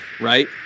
right